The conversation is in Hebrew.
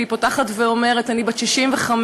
והיא פותחת ואומרת: "אני בת 65,